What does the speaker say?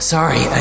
Sorry